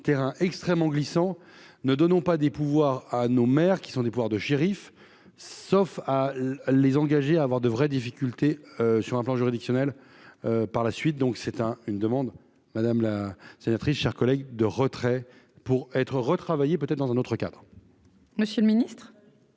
un terrain extrêmement glissant, ne donnons pas des pouvoirs à nos mères qui sont des pouvoir de shérifs, sauf à les engager à avoir de vraies difficultés sur un plan juridictionnel, par la suite, donc c'est un une demande madame la sénatrice, chers collègues de retrait pour être retravaillé, peut-être dans un autre cadre. Monsieur le Ministre.